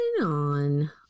on